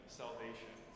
salvation